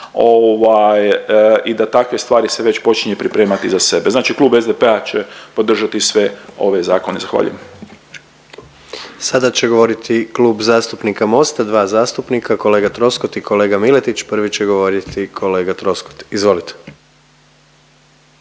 i da takve stvari se već počinje pripremati za sebe. Znači klub SDP-a će podržati sve ove zakone. Zahvaljujem. **Jandroković, Gordan (HDZ)** Sada će govoriti Klub zastupnika Mosta, dva zastupnika kolega Troskot i kolega Miletić. Prvi će govoriti kolega Troskot. Izvolite.